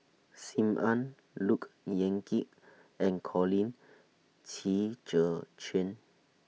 SIM Ann Look Yan Kit and Colin Qi Zhe Quan